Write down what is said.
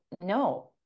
no